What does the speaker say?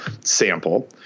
sample